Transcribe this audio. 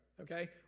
Okay